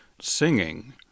singing